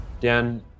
Dan